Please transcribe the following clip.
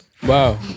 Wow